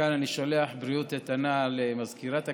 מכאן אני שולח בריאות איתנה למזכירת הכנסת,